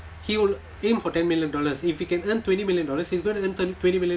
he will aim for ten million dollars if he can earn twenty million dollars he's going to earn twen~ twenty million